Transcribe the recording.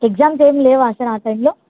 exams ఏమీ లేవా sir ఆ టైంలో